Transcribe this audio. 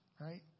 Right